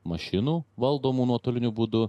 mašinų valdomų nuotoliniu būdu